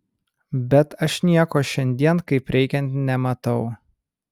bet aš nieko šiandien kaip reikiant nematau